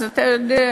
אז אתה יודע,